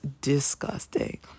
disgusting